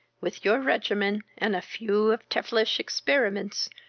with your regimen, and a few of tevilish experiments,